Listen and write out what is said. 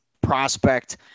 prospect